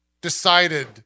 decided